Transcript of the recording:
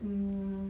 mm